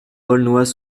aulnois